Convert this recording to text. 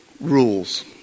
rules